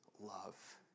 love